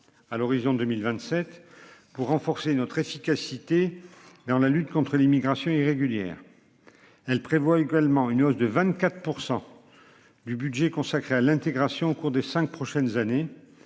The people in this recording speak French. À l'horizon 2027 pour renforcer notre efficacité. Dans la lutte contre l'immigration irrégulière. Elle prévoit également une hausse de 24%. Du budget consacré à l'intégration au cours des 5 prochaines années,